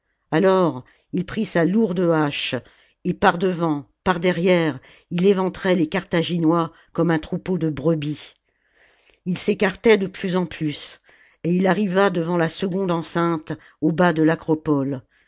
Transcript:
alors il prit sa lourde hache et par devant par derrière il éventrait les carthaginois comme un troupeau de brebis ils s'écartaient de plus en plus et il arriva devant la seconde enceinte au bas de l'acropole